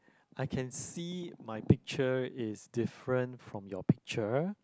I can see my picture is different from your picture